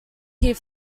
here